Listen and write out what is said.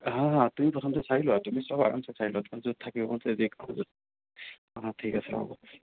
হা হা তুমি প্ৰথমতে চাই লোৱা তুমি চব আৰামচে চাই লোৱা তোমাৰ য'ত থাকিব মন আছে যি খাব মন আছে অঁ ঠিক আছে হ'ব